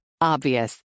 Obvious